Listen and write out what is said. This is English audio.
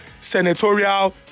senatorial